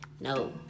no